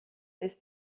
ist